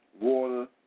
water